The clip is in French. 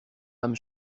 âme